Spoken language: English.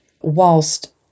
whilst